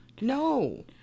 no